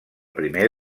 primer